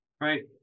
Right